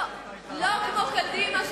לא כמו קדימה,